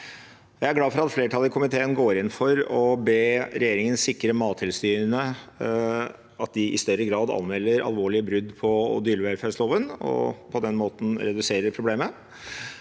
Jeg er glad for at flertallet i komiteen går inn for å be regjeringen sikre at Mattilsynet i større grad anmelder alvorlige brudd på dyrevelferdsloven, og på den måten reduserer problemet.